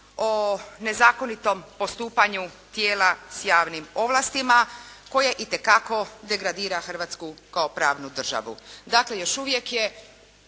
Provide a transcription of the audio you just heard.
o nezakonitom postupanju tijela s javnim ovlastima koje itekako degradira Hrvatsku kao pravnu državu. Dakle, još uvijek je